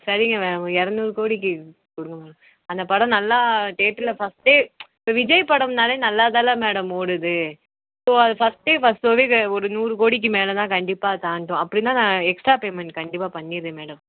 சரிங்க மேம் இரநூறு கோடிக்கு கொடுங்க மேம் அந்த படம் நல்லா தேட்டரில் ஃபஸ்ட்டே இப்போ விஜய் படம்னாலே நல்லா தான் மேடம் ஓடுது ஸோ அது ஃபஸ்ட்டே ஃபஸ்ட் ஷோவே ஒரு நூறு கோடிக்கு மேலே தான் கண்டிப்பாக தாண்டும் அப்படின்னா நான் எக்ஸ்ட்ராக பேமெண்ட் கண்டிப்பாக பண்ணிட்டுறேன் மேடம்